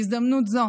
בהזדמנות זו